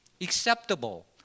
acceptable